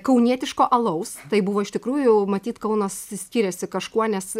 kaunietiško alaus tai buvo iš tikrųjų matyt kaunas skiriasi kažkuo nes